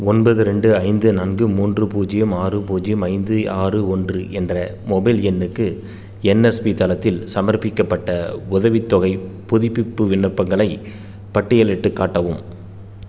ஒன்பது ரெண்டு ஐந்து நான்கு மூன்று பூஜ்ஜியம் ஆறு பூஜ்ஜியம் ஐந்து ஆறு ஒன்று என்ற மொபைல் எண்ணுக்கு என்எஸ்பி தளத்தில் சமர்ப்பிக்கப்பட்ட உதவித் தொகைப் புதுப்பிப்பு விண்ணப்பங்களைப் பட்டியலிட்டுக் காட்டவும்